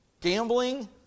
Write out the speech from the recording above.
gambling